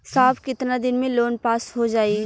साहब कितना दिन में लोन पास हो जाई?